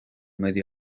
media